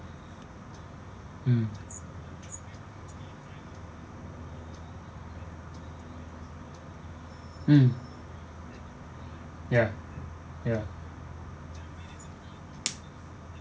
mm mm ya ya